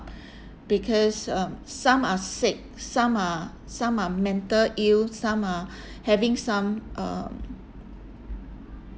because um some are sick some are some are mental ill some are having some uh